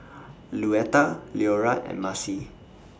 Luetta Leora and Macie